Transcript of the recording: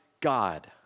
God